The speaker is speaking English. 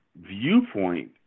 viewpoint